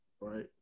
right